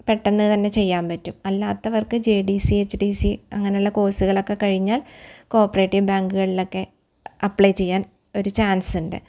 പെട്ടന്ന് തന്നെ ചെയ്യാമ്പറ്റും അല്ലാത്തവര്ക്ക് J D C H D C അങ്ങനുള്ള കോഴ്സ്സ്കളക്കെ കഴിഞ്ഞാല് കോപ്രേറ്റീവ് ബാങ്ക്കൾലക്കെ അപ്ലൈ ചെയ്യാന് ഒരു ചാന്സ്സ്ണ്ട്